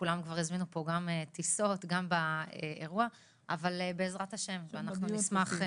כולם כאן כבר הזמינו טיסות אבל בעזרת השם אנחנו ניסע.